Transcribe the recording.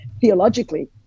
theologically